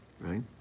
right